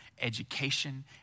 education